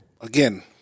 again